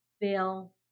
Bill